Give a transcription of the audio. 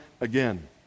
again